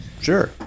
sure